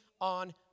on